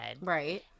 right